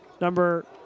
Number